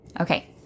Okay